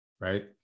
right